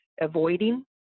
avoiding